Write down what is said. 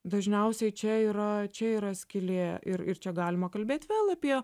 dažniausiai čia yra čia yra skylė ir ir čia galima kalbėt vėl apie